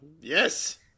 yes